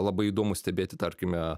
labai įdomu stebėti tarkime